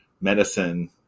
medicine